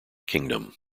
kingdom